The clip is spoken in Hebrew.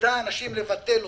עודדה אנשים לבטל אותם.